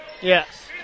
Yes